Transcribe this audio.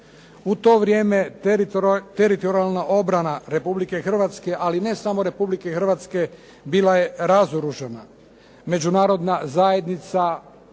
U to vrijeme Teritorijalna obrana Republike Hrvatske, ali ne samo Republike Hrvatske, bila je razoružana. Međunarodna zajednica